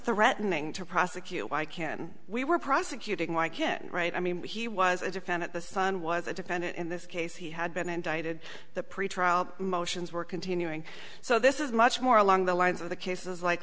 threatening to prosecute why can we we're prosecuting why can't right i mean he was a defendant the son was a defendant in this case he had been indicted the pretrial motions were continuing so this is much more along the lines of the cases like